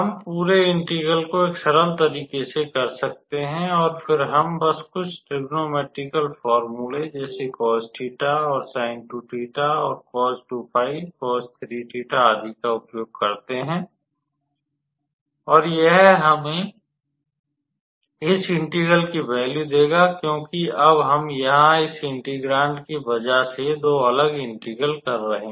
हम पूरे इंटेग्रल को एक सरल तरीके से कर सकते हैं और फिर हम बस कुछ त्रिकोणमितीय फ़ौर्मूले जैसे आदि का उपयोग करते हैं और यह हमें इस इंटेग्रल की वैल्यू देगा क्योंकि अब हम यहाँ इस इंटेग्रांड की बजह से दो अलग इंटेग्रल कर रहे हैं